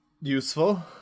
useful